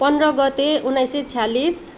पन्ध्र गते उन्नाइस सय छ्यालिस